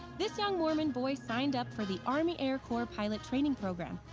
this young mormon boy signed up for the army air corps pilot training program.